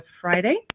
Friday